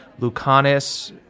Lucanus